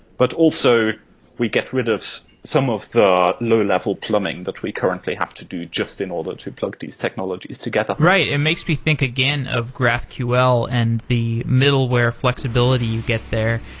but also we get rid of some of the low-level plumbing that we currently have to do just in order to plug these technologies together. right. it makes me think again of graphql and the middleware flexibility you get there.